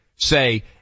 say